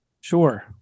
Sure